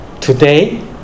today